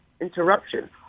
interruption